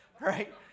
right